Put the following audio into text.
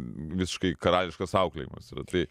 visiškai karališkas auklėjimas yra tai